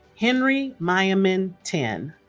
henry myomin tin